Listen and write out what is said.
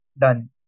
done